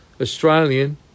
Australian